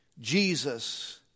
Jesus